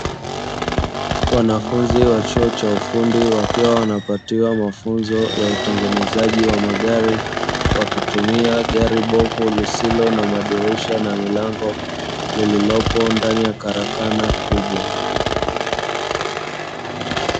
Wanafunzi wa chuo cha ufundi wakiwa wanapatiwa mafunzo ya utengenezaji wa magari wakitumia gari bovu lisilo na madirisha na milango lililopo ndani ya karakana kubwa.